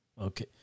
Okay